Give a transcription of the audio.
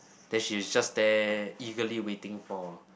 then she is just there eagerly waiting for